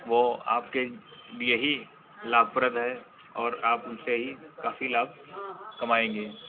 वह आपके लिए ही लाभप्रद है और आप उनसे ही काफ़ी लाभ कमाएंगे